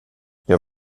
jag